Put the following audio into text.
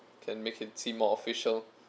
can make it seem more official